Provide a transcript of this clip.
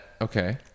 Okay